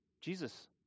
Jesus